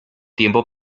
tiempo